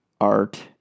art